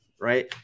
Right